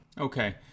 Okay